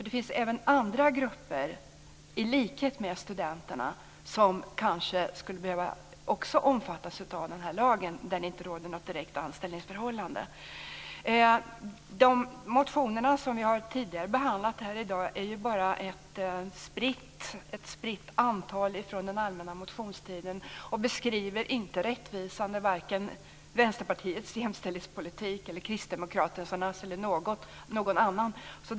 Det finns nämligen andra grupper som i likhet med studenterna kanske också skulle behöva omfattas av lagen, och för vilka det inte råder någon direkt anställningsförhållande. De motioner som vi tidigare har behandlat här i dag är bara ett spritt antal från den allmänna motionstiden. De beskriver inte rättvisande vare sig Vänsterpartiets eller Kristdemokraternas jämställdhetspolitik, eller någon annans heller.